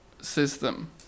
system